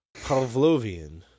Pavlovian